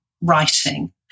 writing